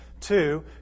Two